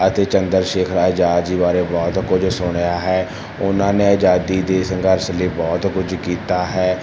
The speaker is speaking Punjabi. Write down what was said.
ਅਤੇ ਚੰਦਰ ਸ਼ੇਖਰ ਅਜਾਦ ਜੀ ਬਾਰੇ ਬਹੁਤ ਕੁਝ ਸੁਣਿਆ ਹੈ ਉਹਨਾਂ ਨੇ ਆਜਾਦੀ ਦੇ ਸੰਘਰਸ਼ ਲਈ ਬਹੁਤ ਕੁਝ ਕੀਤਾ ਹੈ